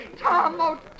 Tom